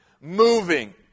moving